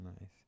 Nice